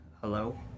Hello